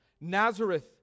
Nazareth